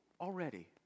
already